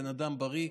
בן אדם בריא,